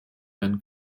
werden